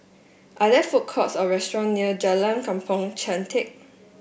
are there food courts or restaurant near Jalan Kampong Chantek